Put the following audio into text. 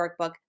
workbook